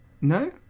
No